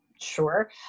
sure